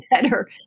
better